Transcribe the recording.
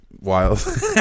wild